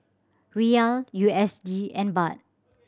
Riyal U S D and Baht